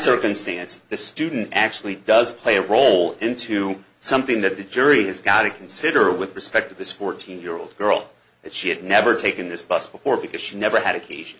circumstance the student actually does play a role into something that the jury has got to consider with respect to this fourteen year old girl that she had never taken this bus before because she never had occasion